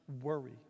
worry